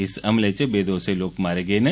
इस हमले च बेदोसे लोक मारे गे न